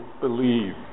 believe